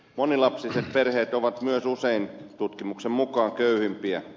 monilapsiset perheet ovat myös usein tutkimuksen mukaan köyhimpiä